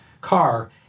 car